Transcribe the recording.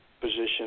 position